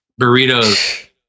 burritos